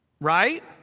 Right